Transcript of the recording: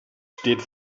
steht